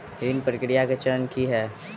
ऋण प्रक्रिया केँ चरण की है?